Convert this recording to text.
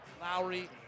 Lowry